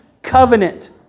Covenant